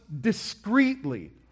discreetly